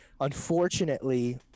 Unfortunately